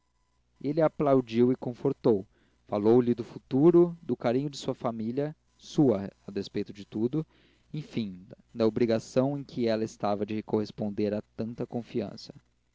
aplaudiu e confortou falou-lhe do futuro do carinho de sua família sua a despeito de tudo enfim da obrigação em que ela estava de corresponder a tanta confiança